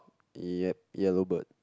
yep yellow bird